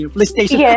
PlayStation